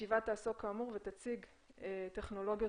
הישיבה תעסוק כאמור ותציג טכנולוגיות